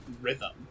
Rhythm